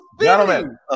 Gentlemen